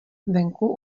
venku